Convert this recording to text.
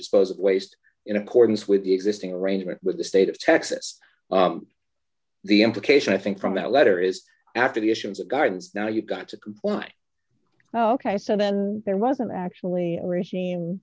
dispose of waste in accordance with the existing arrangement with the state of texas the implication i think from that letter is after the actions of gardens now you've got to comply ok so then there wasn't actually a regime